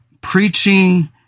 preaching